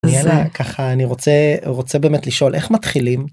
ככה אני רוצה רוצה באמת לשאול איך מתחילים.